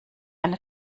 eine